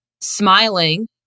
smiling